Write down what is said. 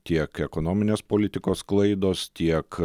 tiek ekonominės politikos klaidos tiek